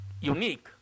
unique